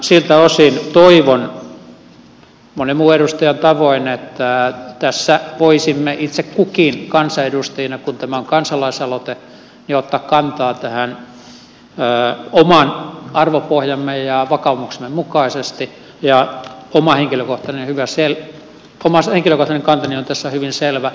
siltä osin toivon monen muun edustajan tavoin että tässä voisimme itse kukin kansanedustajina kun tämä on kansalaisaloite ottaa kantaa tähän oman arvopohjamme ja vakaumuksemme mukaisesti ja oma henkilökohtainen kantani on tässä hyvin selvä